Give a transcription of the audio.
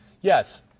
yes